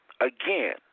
again